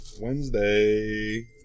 Wednesday